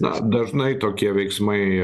na dažnai tokie veiksmai